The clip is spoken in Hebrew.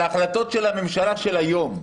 על ההחלטות של הממשלה של היום.